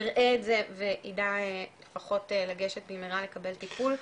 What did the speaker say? יראה את זה וידע לפחות לגשת במהירה לקבל טיפול.